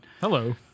Hello